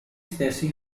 stessi